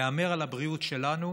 להמר על הבריאות שלנו,